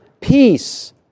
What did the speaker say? peace